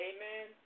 Amen